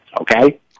okay